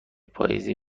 پاییزی